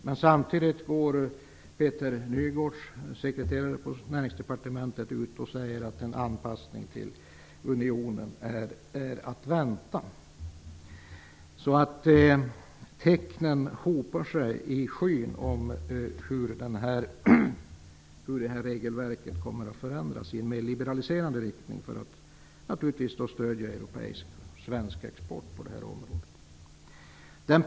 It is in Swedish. Men samtidigt går Peter Nygårds, sekreterare på Näringsdepartementet, ut och säger att en anpassning till unionen är att vänta. Tecknen hopar sig således i skyn när det gäller hur det här regelverket kommer att förändras i en mera liberaliserande riktning för att, naturligtvis, stödja europeisk/svensk export på det här området.